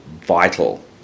vital